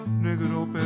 negro